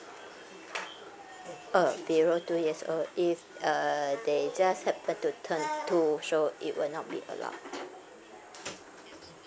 uh below two years old if uh they just happen to turn two so it will not be allowed